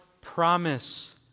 promise